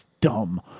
dumb